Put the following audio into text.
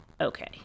Okay